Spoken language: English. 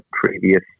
previous